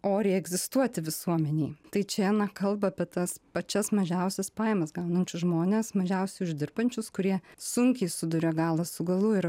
oriai egzistuoti visuomenėj tai čia na kalba apie tas pačias mažiausias pajamas gaunančius žmones mažiausiai uždirbančius kurie sunkiai suduria galą su galu ir